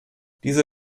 diese